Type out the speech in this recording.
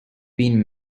been